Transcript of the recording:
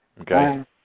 Okay